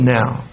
now